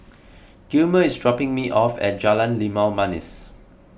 Gilmer is dropping me off at Jalan Limau Manis